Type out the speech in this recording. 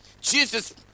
Jesus